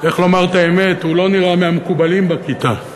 לומר את האמת, הוא לא נראה מהמקובלים בכיתה.